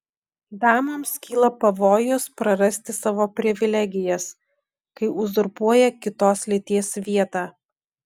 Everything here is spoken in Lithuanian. damoms kyla pavojus prarasti savo privilegijas kai uzurpuoja kitos lyties vietą